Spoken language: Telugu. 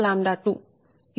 763122